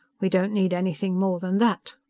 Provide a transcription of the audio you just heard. we don't need anything more than that!